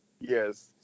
yes